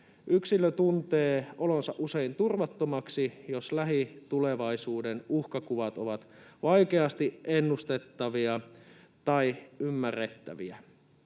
Yksilö tuntee olonsa usein turvattomaksi, jos lähitulevaisuuden uhkakuvat ovat vaikeasti ennustettavia tai ymmärrettäviä.